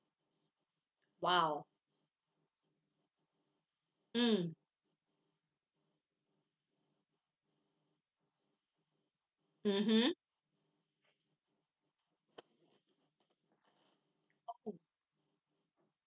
!wow! mm mmhmm